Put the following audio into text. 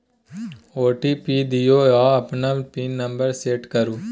OTP दियौ आ अपन पिन नंबर सेट करु